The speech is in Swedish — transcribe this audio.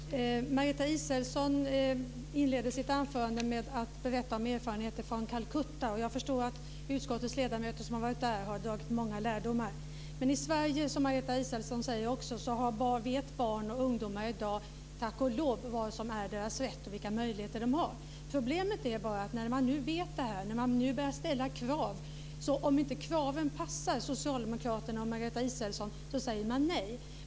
Fru talman! Margareta Israelsson inledde sitt anförande med att berätta om erfarenheter från Calcutta. Jag förstår att de av utskottets ledamöter som har varit där har dragit många lärdomar. Men i Sverige, som Margareta Israelsson också säger, vet barn och ungdomar i dag, tack och lov, vad som är deras rätt och vilka möjligheter de har. Problemet är bara att när man nu vet detta och när man nu börjar ställa krav, så säger Socialdemokraterna och Margareta Israelsson nej om inte kraven passar dem.